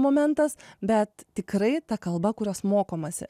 momentas bet tikrai ta kalba kurios mokomasi